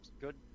good